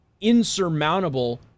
insurmountable